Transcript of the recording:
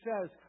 says